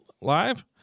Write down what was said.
live